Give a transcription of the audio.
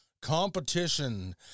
competition